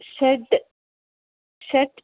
षड् षट्